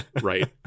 right